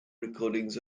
recordings